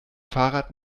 fahrrad